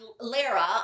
Lara